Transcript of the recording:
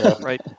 Right